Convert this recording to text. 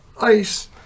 ice